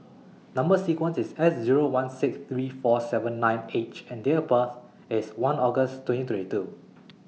Number sequence IS S Zero one six three four seven nine H and Date of birth IS one August twenty twenty two